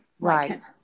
Right